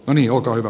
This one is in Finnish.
kiitos